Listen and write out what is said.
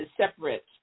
separate